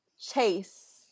Chase